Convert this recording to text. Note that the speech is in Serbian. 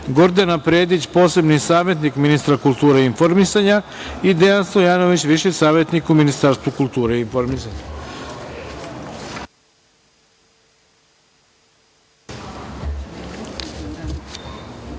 Gordana Predić, posebni savetnik ministra kulture i informisanja i Dejan Stojanović, viši savetnik u Ministarstvu kulture i informisanja. Molim